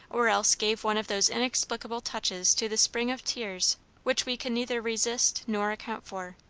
or else gave one of those inexplicable touches to the spring of tears which we can neither resist nor account for.